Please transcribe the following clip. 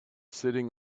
sitting